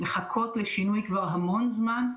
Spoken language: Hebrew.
מחכות לשינוי כבר המון זמן,